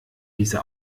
diese